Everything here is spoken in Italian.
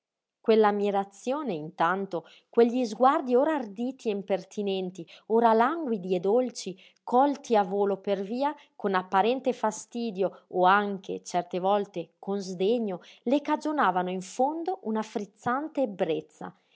pazzie quell'ammirazione intanto quegli sguardi ora arditi e impertinenti ora languidi e dolci colti a volo per via con apparente fastidio o anche certe volte con sdegno le cagionavano in fondo una frizzante ebbrezza